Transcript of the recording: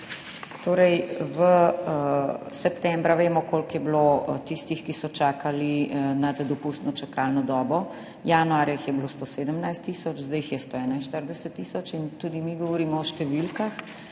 Septembra vemo, koliko je bilo tistih, ki so čakali nad dopustno čakalno dobo, januarja jih je bilo 117 tisoč, zdaj jih je 141 tisoč. Tudi mi govorimo o številkah